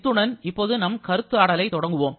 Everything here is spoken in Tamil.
இத்துடன் இப்போது நம் கருத்தாடலை தொடங்குவோம்